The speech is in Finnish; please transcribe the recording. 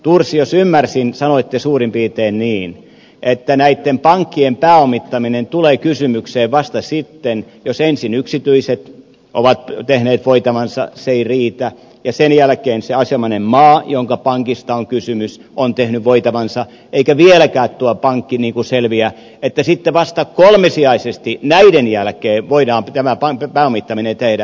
thors jos ymmärsin sanoitte suurin piirin niin että näitten pankkien pääomittaminen tulee kysymykseen vasta sitten jos ensin yksityiset ovat tehneet voitavansa se ei riitä ja sen jälkeen se asianomainen maa jonka pankista on kysymys on tehnyt voitavansa eikä vieläkään tuo pankki selviä että sitten vasta kolmisijaisesti näiden jälkeen voidaan tämä pääomittaminen tehdä